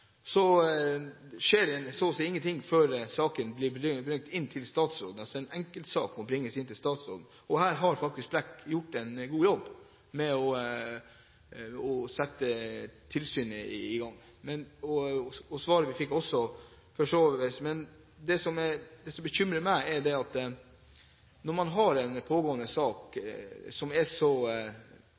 Så skjer så å si ingen ting før saken blir brakt inn til statsråden – en enkeltsak må altså bringes inn til statsråden. Her har statsråd Brekk faktisk gjort en god jobb med å sette tilsynet i gang og for så vidt også med svaret vi fikk. Men det som bekymrer meg, når man har en pågående sak som er så